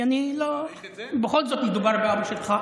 כי בכל זאת מדובר באבא שלך.